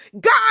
God